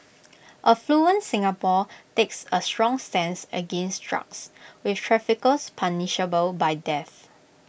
affluent Singapore takes A strong stance against drugs with traffickers punishable by death